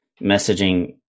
messaging